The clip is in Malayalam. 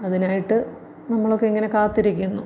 അതിനായിട്ട് നമ്മളൊക്കെ ഇങ്ങനെ കാത്തിരിക്കുന്നു